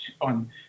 on